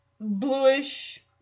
bluish